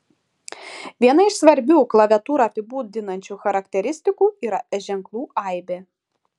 viena iš svarbių klaviatūrą apibūdinančių charakteristikų yra ženklų aibė